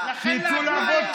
שיצאו לעבוד,